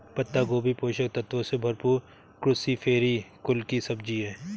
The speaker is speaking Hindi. पत्ता गोभी पोषक तत्वों से भरपूर क्रूसीफेरी कुल की सब्जी है